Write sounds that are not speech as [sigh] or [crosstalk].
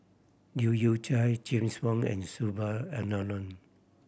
Leu Yew Chye James Wong and [unintelligible]